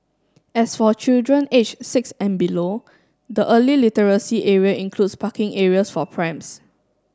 as for children aged six and below the early literacy area includes parking areas for prams